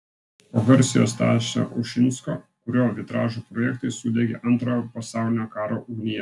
po garsiojo stasio ušinsko kurio vitražų projektai sudegė antrojo pasaulinio karo ugnyje